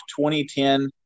2010